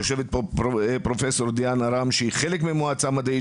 יושבת פה פרופ' דיאנה רם שהיא חלק מהמועצה המדעית,